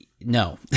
no